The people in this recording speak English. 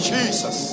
Jesus